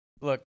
Look